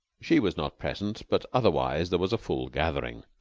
she was not present, but otherwise there was a full gathering.